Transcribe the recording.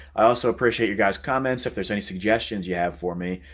i also appreciate your guys comments if there's any suggestions you have for me.